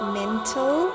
mental